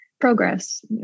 progress